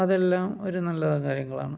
അതെല്ലാം ഒരു നല്ല കാര്യങ്ങളാണ്